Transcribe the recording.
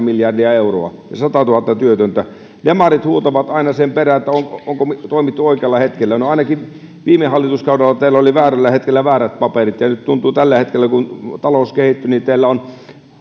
miljardia euroa ja tuli satatuhatta työtöntä demarit huutavat aina sen perään onko onko toimittu oikealla hetkellä no ainakin viime hallituskaudella teillä oli väärällä hetkellä väärät paperit ja nyt tuntuu tällä hetkellä kun talous kehittyy että